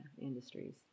industries